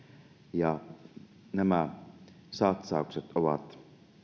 ja nämä satsaukset ovat